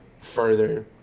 further